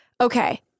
Okay